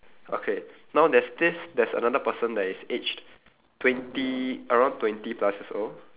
okay now there's this there's another person that is aged twenty around twenty plus years old